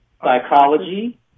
psychology